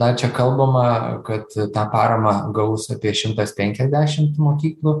dar čia kalbama kad tą paramą gaus apie šimtas penkiasdešimt mokyklų